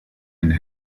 and